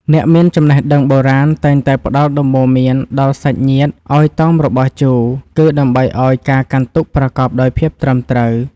អ្នកមានចំណេះដឹងបុរាណតែងតែផ្តល់ដំបូន្មានដល់សាច់ញាតិឱ្យតមរបស់ជូរ គឺដើម្បីឱ្យការកាន់ទុក្ខប្រកបដោយភាពត្រឹមត្រូវ។